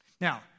Now